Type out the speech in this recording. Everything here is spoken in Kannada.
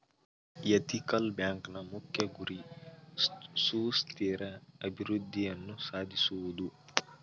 ಎಥಿಕಲ್ ಬ್ಯಾಂಕ್ನ ಮುಖ್ಯ ಗುರಿ ಸುಸ್ಥಿರ ಅಭಿವೃದ್ಧಿಯನ್ನು ಸಾಧಿಸುವುದು